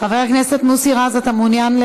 חבר הכנסת מוסי רז, אתה מעוניין?